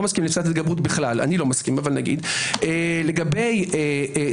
מסכימים לפסקת ההתגברות בכלל אני לא מסכים לגבי זכות